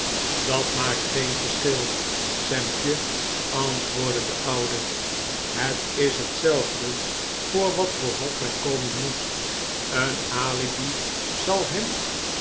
dat maakt geen verschil sampje antwoordd e de oude het is hetzelfde voor wat voor hof hij komen moet een alibi zal hem